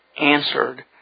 answered